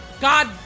god